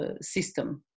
system